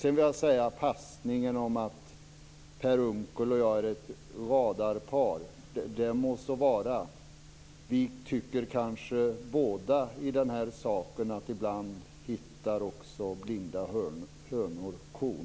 Sedan vill jag säga om passningen att Per Unckel och jag är ett radarpar att det må så vara. Vi tycker kanske båda i den här saken att ibland hittar också blinda hönor korn.